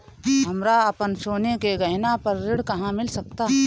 हमरा अपन सोने के गहना पर ऋण कहां मिल सकता?